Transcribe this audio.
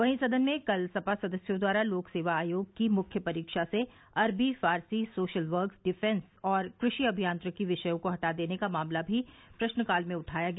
वहीं सदन में कल सपा सदस्यों द्वारा लोक सेवा आयोग की मुख्य परीक्षा से अरबी फारसी सोशल वर्क डिफेंस और कृषि अभियांत्रिकी विषयों को हटा देने का मामला भी प्रश्नकाल में उठाया गया